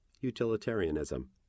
Utilitarianism